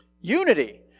Unity